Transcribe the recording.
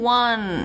one